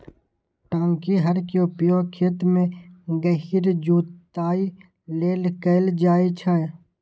टांकी हर के उपयोग खेत मे गहींर जुताइ लेल कैल जाइ छै